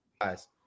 Guys